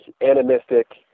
animistic